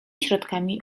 środkami